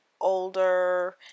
older